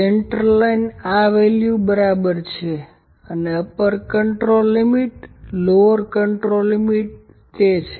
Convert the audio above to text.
centre line આ value બરાબર છે અને upper control limit lower control limit તે છે